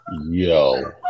Yo